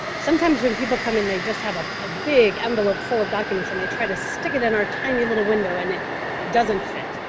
sometimes when people come in they just have a ah big envelope full of documents and they try to stick it in our tiny little window and it doesn't fit.